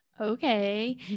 okay